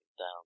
down